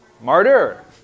Martyr